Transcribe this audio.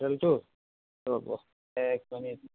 ট'টেলটো ৰব এক মিনিট